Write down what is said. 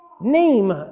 name